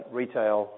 retail